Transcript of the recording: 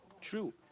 True